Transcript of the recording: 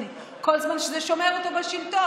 הרשות הפלסטינית כל זמן שזה שומר אותו בשלטון.